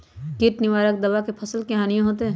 किट निवारक दावा से फसल के हानियों होतै?